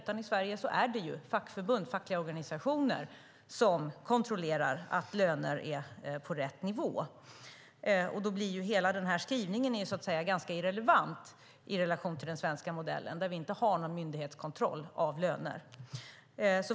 I Sverige är det fackförbund, fackliga organisationer, som kontrollerar att löner är på rätt nivå. Då blir hela den här skrivningen ganska irrelevant i relation till den svenska modellen, där vi inte har någon myndighetskontroll av löner.